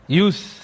youth